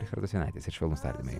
richardas jonaitis ir švelnūs tardymai